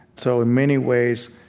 so in many ways,